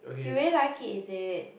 you really like it is it